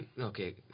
Okay